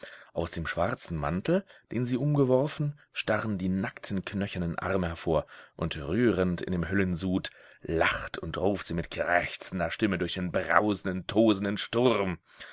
aus dem schwarzen mantel den sie umgeworfen starren die nackten knöchernen arme hervor und rührend in dem höllensud lacht und ruft sie mit krächzender stimme durch den brausenden tosenden sturm